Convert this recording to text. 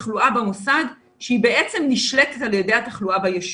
התחלואה במוסד שהיא בעצם נשלטת על ידי התחלואה ביישוב.